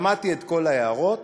שמעתי את כל ההערות.